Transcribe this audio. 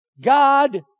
God